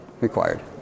required